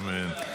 אמן.